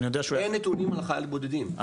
אין נתונים על חיילים בודדים.